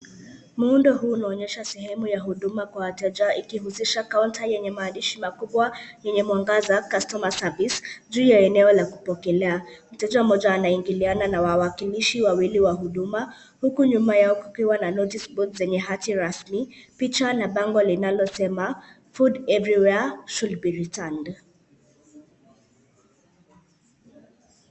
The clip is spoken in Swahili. Muundo huu unaonyesha sehemu ya huduma kwa wateja ikihusisha counter yenye maandishi makubwa yenye mwangaza, customer service juu ya eneo la kupokelea. Mteja mmoja anaingiliana na wawakilishi wawili wa huduma, huku nyuma yao kukiwa na noticeboards zenye hati rasmi, picha na bango linalosema, "food everywhere should be returned" .